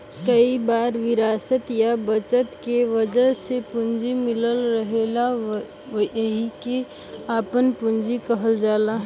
कई बार विरासत या बचत के वजह से पूंजी मिलल रहेला एहिके आपन पूंजी कहल जाला